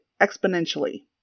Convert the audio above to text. exponentially